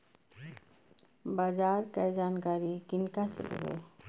बाजार कै जानकारी किनका से लेवे?